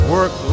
Work